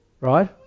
right